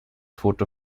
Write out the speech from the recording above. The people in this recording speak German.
foto